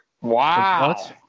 Wow